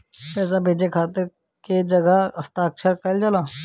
पैसा भेजे के खातिर कै जगह हस्ताक्षर कैइल जाला?